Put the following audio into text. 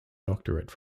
doctorate